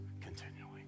continually